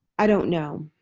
i don't know.